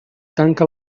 tanca